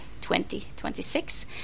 2026